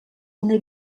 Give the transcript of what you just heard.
una